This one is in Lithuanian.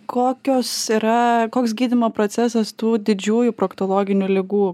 kokios yra koks gydymo procesas tų didžiųjų proktologinių ligų